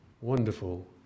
wonderful